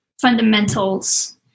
fundamentals